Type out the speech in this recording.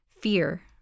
fear